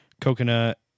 coconut